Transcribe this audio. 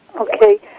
Okay